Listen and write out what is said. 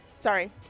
sorry